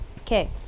Okay